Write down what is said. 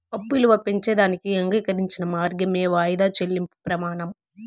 అప్పు ఇలువ పెంచేదానికి అంగీకరించిన మార్గమే వాయిదా చెల్లింపు ప్రమానం